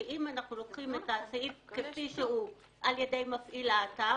כי אם אנחנו לוקחים את הסעיף כפי שהוא על ידי מפעיל האתר,